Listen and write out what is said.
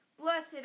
Blessed